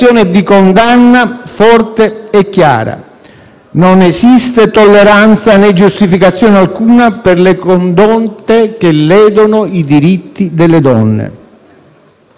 Non esistono tolleranza, né giustificazione alcuna per le condotte che ledono i diritti delle donne. La consapevolezza condivisa della gravità